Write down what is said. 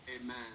Amen